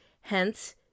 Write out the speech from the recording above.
hence